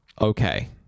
Okay